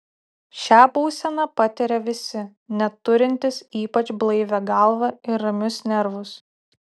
šią būseną patiria visi net turintys ypač blaivią galvą ir ramius nervus